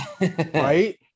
right